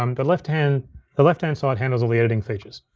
um the left-hand the left-hand side handles all the editing features.